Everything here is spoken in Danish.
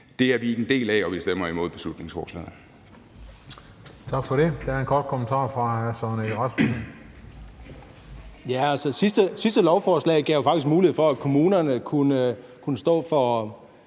Det er vi ikke en del af, og vi stemmer imod beslutningsforslaget.